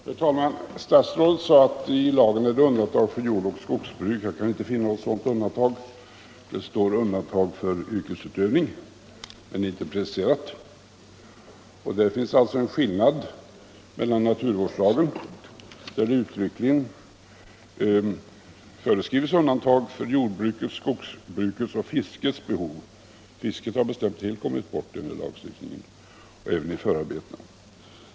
Herr talman! Statsrådet sade att i lagen har gjorts undantag för jordoch skogsbruk. Jag kan inte finna något sådant undantag. Det talas om undantag för yrkesutövning, men det är inte preciserat. Här finns en skillnad gentemot naturvårdslagen, där det uttryckligen föreskrivs undantag för jordbrukets, skogsbrukets och fiskets behov. Fisket har bestämt helt kommit bort i denna lagstiftning och även i förarbetena.